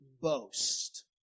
boast